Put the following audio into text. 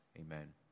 Amen